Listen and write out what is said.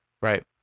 Right